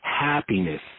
happiness